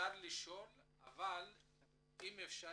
אפשר לשאול אבל אם אפשר